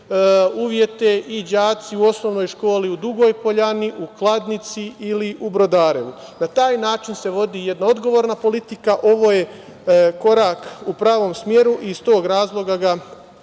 uslove i đaci u osnovnoj školi u Dugoj Poljani, u Kladnici ili u Brodarevu. Na taj način se vodi jedna odgovorna politika. Ovo je korak u pravom smeru i iz tog razloga ga